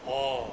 orh